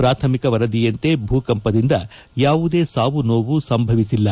ಪ್ರಾಥಮಿಕ ವರದಿಯಂತೆ ಭೂಕಂಪದಿಂದ ಯಾವುದೇ ಸಾವು ನೋವು ಸಂಭವಿಸಿಲ್ಲ